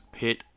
pit